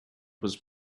was